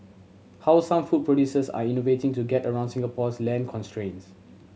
how some food producers are innovating to get around Singapore's land constraints